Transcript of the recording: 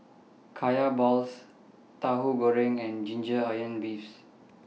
Kaya Balls Tauhu Goreng and Ginger Onions beefs